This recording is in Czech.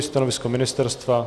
Stanovisko ministerstva?